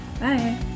Bye